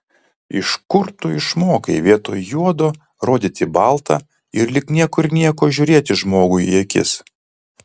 iš kur tu išmokai vietoj juodo rodyti balta ir lyg niekur nieko žiūrėti žmogui į akis